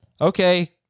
Okay